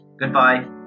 Goodbye